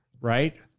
right